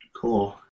Cool